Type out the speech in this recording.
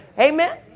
Amen